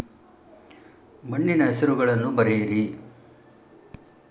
ಮಣ್ಣಿನ ಹೆಸರುಗಳನ್ನು ಬರೆಯಿರಿ